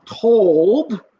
told